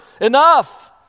Enough